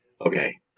Okay